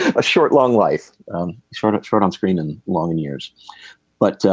a short long life sort of short on screen and long in years but